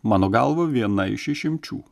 mano galva viena iš išimčių